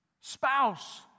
spouse